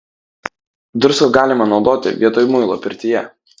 druską galima naudoti vietoj muilo pirtyje